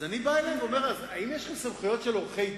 אז אני בא אליהם ואומר: האם יש לכם סמכויות של עורכי-דין,